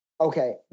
Okay